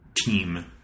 team